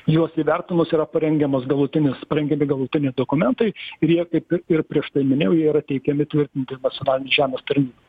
juos įvertinus yra parengiamas galutinis parengiami galutiniai dokumentai ir jie kaip ir ir prieš tai minėjau jie yra teikiami tvirtinti nacionalinei žemės tarnybai